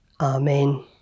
Amen